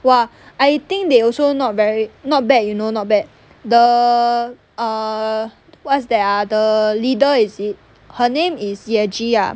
!wah! I think they also not very not bad you know not bad the err what's that ah the leader is it her name is yeji ah